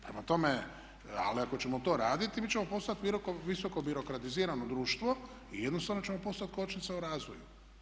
Prema tome, ali ako ćemo to raditi mi ćemo postati visoko birokratizirano društvo i jednostavno ćemo postati kočnica u razvoju.